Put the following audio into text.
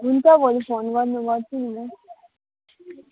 हुन्छ भोलि फोन गर्नु गर्छु नि म